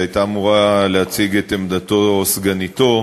שהייתה אמורה להציג את עמדתו סגניתו,